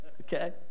okay